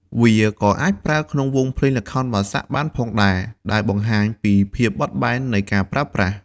វាក៏អាចប្រើក្នុងវង់ភ្លេងល្ខោនបាសាក់បានផងដែរ ដែលបង្ហាញពីភាពបត់បែននៃការប្រើប្រាស់។